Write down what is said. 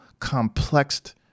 complexed